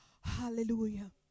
Hallelujah